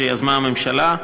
שיזמה הממשלה.